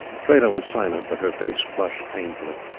freda was silent, but her face flushed painfully,